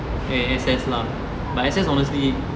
and S_S lah but S_S honestly